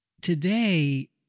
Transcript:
Today